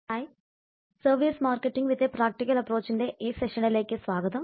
hi service marketing with a practical അപ്രോച്ചിന്റെ ഈ സെഷനിലേക്ക് സ്വാഗതം